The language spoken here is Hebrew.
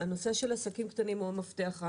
הנושא של עסקים קטנים הוא המפתח.